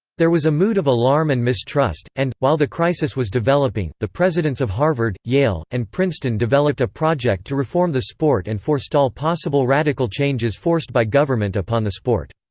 there was a mood of alarm and mistrust, and, while the crisis was developing, the presidents of harvard, yale, and princeton developed a project to reform the sport and forestall possible radical changes forced by government upon the sport.